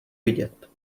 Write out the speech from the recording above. vidět